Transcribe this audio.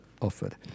offered